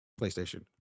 PlayStation